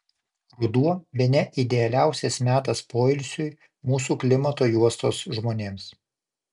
ruduo bene idealiausias metas poilsiui mūsų klimato juostos žmonėms